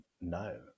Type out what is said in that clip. no